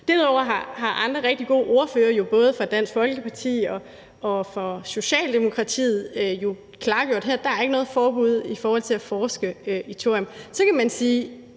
Derudover har andre rigtig gode ordførere fra både Dansk Folkeparti og Socialdemokratiet jo klargjort her, at der ikke er noget forbud mod at forske i thorium. Så kan man spørge: